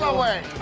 so way.